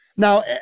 Now